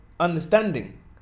understanding